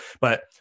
But-